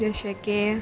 जशें की